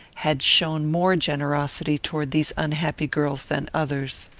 had shown more generosity towards these unhappy girls than others.